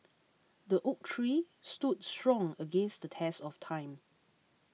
the oak tree stood strong against the test of time